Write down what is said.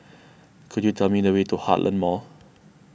could you tell me the way to Heartland Mall